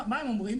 מה הם אומרים?